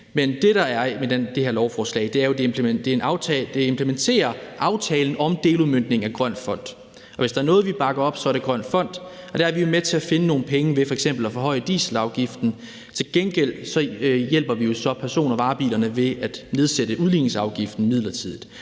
med det her lovforslag, er jo, at det implementerer aftalen om deludmøntning af Grøn Fond. Og hvis der er noget, vi bakker op, så er det Grøn Fond, og der er vi jo med til at finde nogle penge ved f.eks. at forhøje dieselafgiften. Til gengæld hjælper vi jo så person- og varebilerne ved at nedsætte udligningsafgiften midlertidigt.